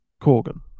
Corgan